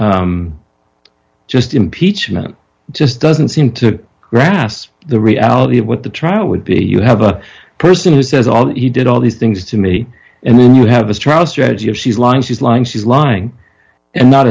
is just impeachment it just doesn't seem to grasp the reality of what the trial would be you have a person who says all he did all these things to me and then you have this trial strategy of she's lying she's lying she's lying and not